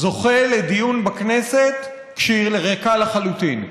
זוכה לדיון בכנסת כשהיא ריקה לחלוטין.